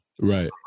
Right